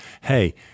Hey